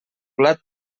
blat